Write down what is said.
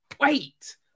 wait